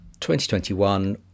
2021